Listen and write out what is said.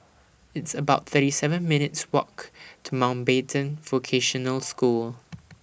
It's about thirty seven minutes' Walk to Mountbatten Vocational School